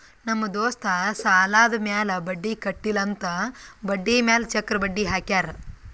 ನಮ್ ದೋಸ್ತ್ ಸಾಲಾದ್ ಮ್ಯಾಲ ಬಡ್ಡಿ ಕಟ್ಟಿಲ್ಲ ಅಂತ್ ಬಡ್ಡಿ ಮ್ಯಾಲ ಚಕ್ರ ಬಡ್ಡಿ ಹಾಕ್ಯಾರ್